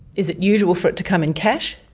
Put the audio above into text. is it usual for it to come in cash?